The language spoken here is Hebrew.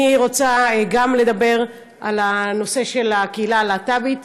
גם אני רוצה לדבר על הנושא של הקהילה הלהט"בית.